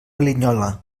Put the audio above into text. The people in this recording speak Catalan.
linyola